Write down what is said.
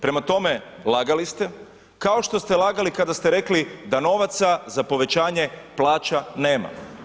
Prema tome, lagali ste, kao što ste lagali kada ste rekli da novaca za povećanje plaća nema.